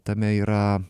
tame yra